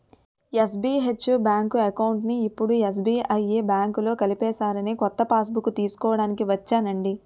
SBH bank అకౌంట్ని ఇప్పుడు SBI బాంకులో కలిపేసారని కొత్త పాస్బుక్కు తీస్కోడానికి ఒచ్చానండి